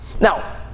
Now